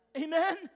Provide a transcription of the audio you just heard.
Amen